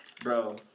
Bro